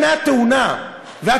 אם הייתה תאונה ב-11:00,